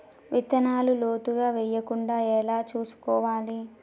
విత్తనాలు లోతుగా వెయ్యకుండా ఎలా చూసుకోవాలి?